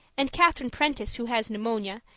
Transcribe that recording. and catherine prentiss who has pneumonia,